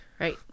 right